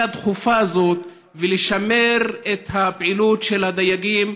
דחופה זאת ולשמר את הפעילות של הדייגים.